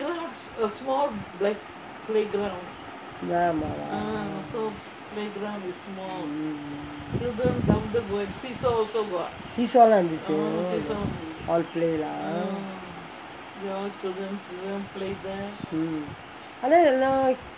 ஆமாவா:aamavaa mm seesaw லாம் இருந்துச்சு:laam irunthuchu oh all play lah